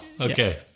Okay